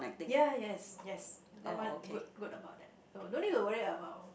ya ya yes yes that one good good about that so no need to worry about